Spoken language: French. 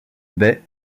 baie